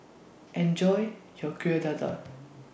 Enjoy your Kueh Dadar